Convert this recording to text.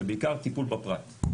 שזה בעיקר טיפול בפרט.